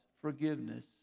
forgiveness